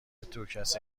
توکسی